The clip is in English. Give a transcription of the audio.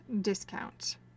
discount